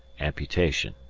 amputation.